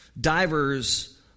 divers